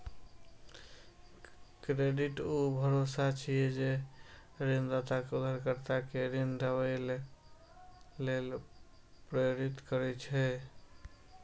credit ऊ भरोसा छियै, जे ऋणदाता कें उधारकर्ता कें ऋण देबय लेल प्रेरित करै छै